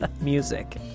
music